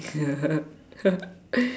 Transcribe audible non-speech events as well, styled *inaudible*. *laughs*